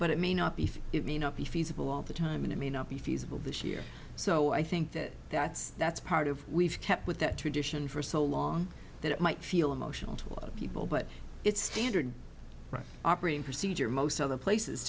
but it may not be if it may not be feasible all the time and it may not be feasible this year so i think that that's that's part of we've kept with that tradition for so long that it might feel emotional to a lot of people but it's standard operating procedure most other places